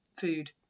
food